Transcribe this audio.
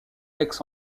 aix